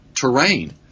terrain